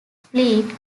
fleet